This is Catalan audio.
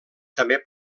també